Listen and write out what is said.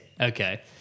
Okay